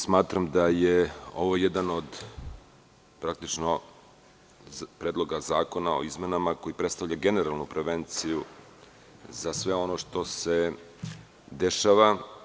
Smatram da je ovo jedan od predloga zakona o izmenama koji predstavljaju generalnu prevenciju za sve ono što se dešava.